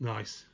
Nice